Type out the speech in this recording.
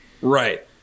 right